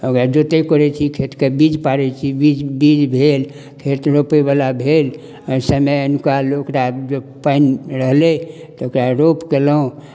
ओकरा जोतै कोड़ै छी खेतके बीज पाड़ै छी बीज बीज भेल फेर तऽ रोपयवला भेल ओहि समय एनुका लोक जँ पानि रहलै तऽ ओकरा रोप कयलहुँ